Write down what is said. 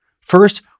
First